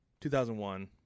2001